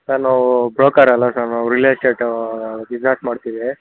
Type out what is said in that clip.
sir ನಾವು broker ಅಲ್ಲ sir ನಾವು ರಿಲೆ ಎಸ್ಟೇಟ್ ಬಿಸ್ನೆಸ್ ಮಾಡ್ತೀವಿ